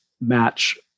match